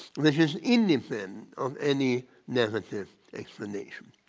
which is anything of any negative explanation.